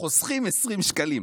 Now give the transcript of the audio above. חוסכים 20 שקלים.